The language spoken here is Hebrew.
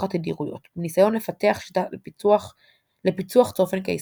התדירויות בניסיון לפתח שיטה לפיצוח צופן קיסר.